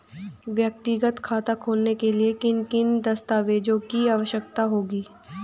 व्यक्तिगत खाता खोलने के लिए किन किन दस्तावेज़ों की आवश्यकता होगी?